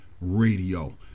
Radio